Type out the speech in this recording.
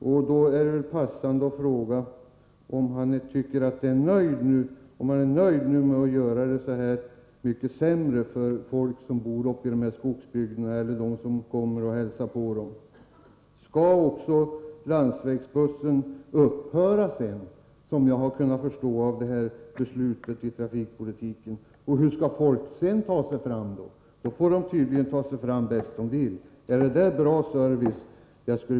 Därför finns det anledning att fråga om kommunikationsministern är nöjd med att resemöjligheterna försämras för de människor som bor uppe i skogsbygderna och för dem som hälsar på. Är det meningen att också landsvägsbussen kommer att dras in? Hur skall folk ta sig fram då? Det får de tydligen göra bäst de kan. Är det god service?